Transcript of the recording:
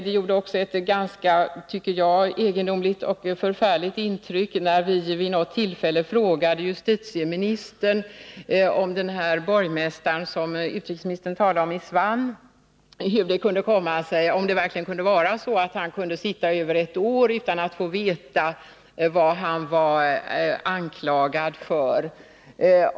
Det gjorde också ett ganska egendomligt och förfärligt intryck när vi vid något tillfälle frågade justitieministern om det verkligen var så att den borgmästare som utrikesministern talade om kunde sitta ett år utan att få veta vad han var anklagad för.